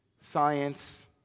science